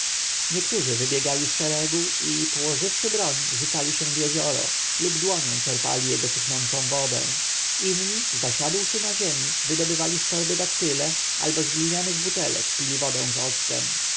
niektórzy wybiegali z szeregu i położywszy broń rzucali się w jezioro lub dłonią czerpali jego cuchnącą wodę inni zasiadłszy na ziemi wydobywali z torby daktyle albo z glinianych butelek pili wodę z